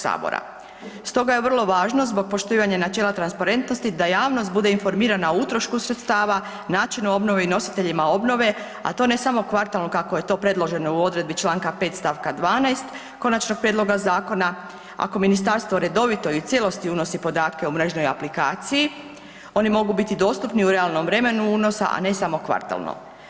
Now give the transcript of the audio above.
Stoga je vrlo važno zbog poštivanja načela transparentnosti da javnost bude informirana o utrošku sredstava, načinu obnove i nositeljima obnove, a to ne samo kvartalno kako je to predloženo u odredbi čl. 5. st. 12. konačnog prijedloga zakona, ako ministarstvo redovito i u cijelosti unosi podatke o mrežnoj aplikaciji oni mogu biti dostupni u realnom vremenu unosa, a ne samo kvartalno.